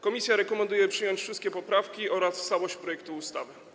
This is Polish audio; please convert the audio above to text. Komisja rekomenduje przyjęcie wszystkich poprawek oraz w całości projektu ustawy.